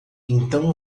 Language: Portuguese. então